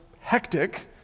hectic